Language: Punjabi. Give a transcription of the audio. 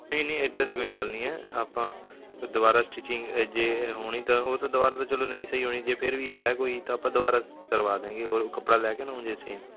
ਨਹੀਂ ਨਹੀਂ ਇੱਦਾਂ ਦੀ ਕੋਈ ਗੱਲ ਨਹੀਂ ਹੈ ਆਪਾਂ ਦੁਬਾਰਾ ਸਟਿਚਿੰਗ ਜੇ ਹੋਣੀ ਉਹ ਤਾਂ ਦੁਬਾਰਾ ਤਾਂ ਚਲੋ ਨਹੀਂ ਸਹੀ ਹੋਣੀ ਜੇ ਫੇਰ ਵੀ ਹੈ ਕੋਈ ਤਾਂ ਆਪਾਂ ਦੁਬਾਰਾ ਕਰਵਾ ਦੇਂਗੇ ਹੋਰ ਕੱਪੜਾ ਲੈ ਕੇ ਨਾ ਉਹੋ ਜਿਹਾ ਅਸੀਂ